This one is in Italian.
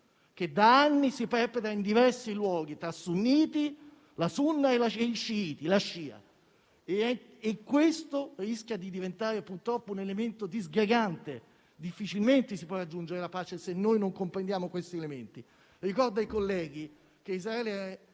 che da anni si perpetra in diversi luoghi tra sunniti (che si conformano alla Sunna) e sciiti e questo rischia di diventare, purtroppo, un elemento disgregante. Difficilmente si può aggiungere la pace se non comprendiamo questi elementi. Ricordo ai colleghi che Israele